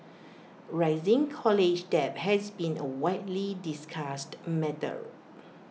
rising college debt has been A widely discussed matter